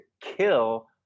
kill